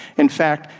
in fact,